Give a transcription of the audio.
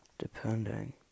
Depending